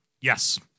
Yes